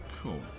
Cool